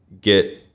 get